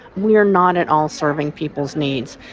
we are not at all serving people's needs,